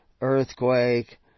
earthquake